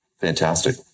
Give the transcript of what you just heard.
Fantastic